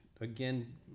again